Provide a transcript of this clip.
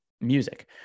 music